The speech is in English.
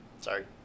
Sorry